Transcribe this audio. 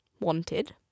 Wanted